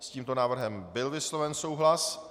S tímto návrhem byl vysloven souhlas.